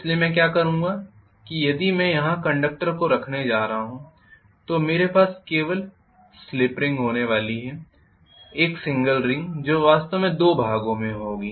इसलिए मैं क्या करूंगा यदि मैं यहां कंडक्टर रखने जा रहा हूं तो मेरे पास केवल रिंग होने वाली है 1 सिंगल रिंग जो वास्तव में दो भागों में होगी